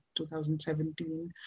2017